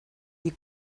you